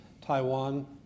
Taiwan